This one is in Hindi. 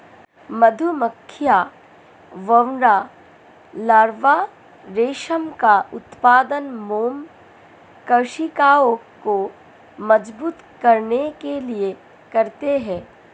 मधुमक्खियां, भौंरा लार्वा रेशम का उत्पादन मोम कोशिकाओं को मजबूत करने के लिए करते हैं